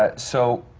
ah so,